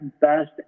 best